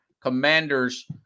Commanders